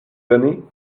données